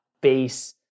base